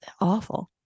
awful